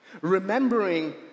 Remembering